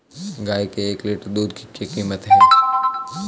गाय के एक लीटर दूध की क्या कीमत है?